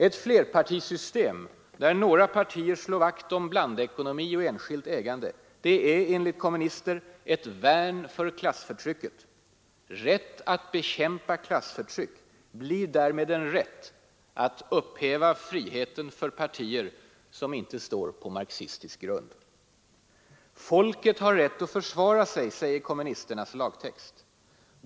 Ett flerpartisystem där några partier slår vakt om blandekonomi och enskilt ägande är, enligt kommunisterna, ett värn för klassförtrycket — rätt att bekämpa ”klassförtrycket” blir därmed en rätt att upphäva friheten för partier som inte står på marxistisk grund. ”Folket har rätt att försvara sig”, säger kommunisternas lagtext.